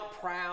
proud